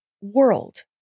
world